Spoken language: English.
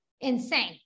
insane